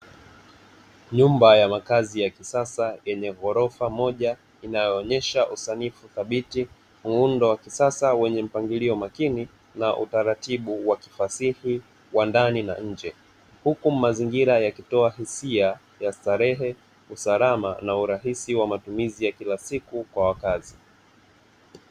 Nyumba ya makazi ya kisasa yenye ghorofa moja, inayoonesha usanifu thabiti, muundo wa kisasa wenye mpangilio makini na utaratibu wa kifasihi wa ndani na nje, huku mazingira yakitoa hisia ya starehe, usalama, na urahisi wa matumizi ya kila siku kwa wakazi.